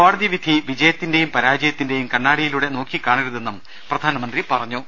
കോടതിവിധി വിജയത്തിന്റെയും പരാജയത്തി ന്റെയും കണ്ണാടിയിലൂടെ നോക്കിക്കാണരുതെന്നും പ്രധാനമന്ത്രി പറഞ്ഞു